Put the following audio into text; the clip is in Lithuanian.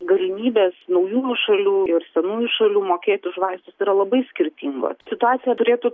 galimybės naujųjų šalių ir senųjų šalių mokėt už vaistus yra labai skirtingos situacija turėtų